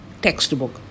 textbook